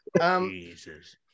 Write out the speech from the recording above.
Jesus